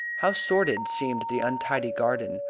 how sordid seemed the untidy garden,